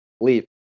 leave